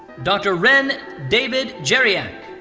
dr. ren david geryak.